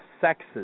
sexes